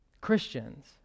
Christians